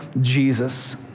Jesus